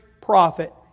prophet